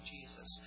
Jesus